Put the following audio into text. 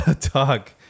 talk